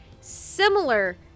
similar